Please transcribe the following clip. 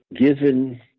given